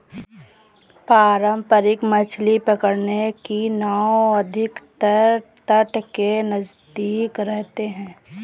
पारंपरिक मछली पकड़ने की नाव अधिकतर तट के नजदीक रहते हैं